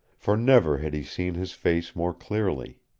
for never had he seen his face more clearly.